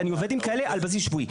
ואני עובד עם כאלה על בסיס שבועי.